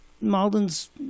Malden's